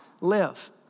live